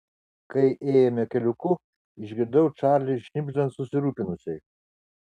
kai ėjome keliuku išgirdau čarlį šnibždant susirūpinusiai